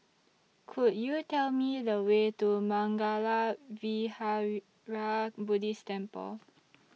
Could YOU Tell Me The Way to Mangala Vihara Buddhist Temple